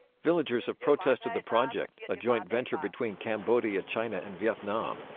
villagers have protested the project, a joint venture between cambodia, china and vietnam.